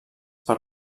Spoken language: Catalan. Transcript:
per